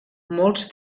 molts